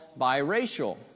biracial